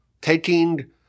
taking